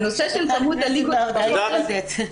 הנושא של כמות הליגות --- את יודעת,